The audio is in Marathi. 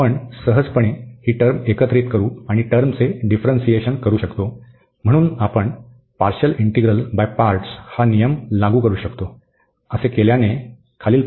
तर आपण सहजपणे ही टर्म एकत्रित करू शकतो आणि या टर्मचे डिफ्रन्सिएशन करू शकतो म्हणून आपण पार्शल इंटीग्रल बाय पार्टस नियम लागू करू शकतो